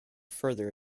further